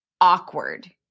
awkward